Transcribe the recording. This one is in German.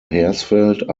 hersfeld